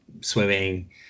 swimming